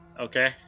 Okay